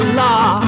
law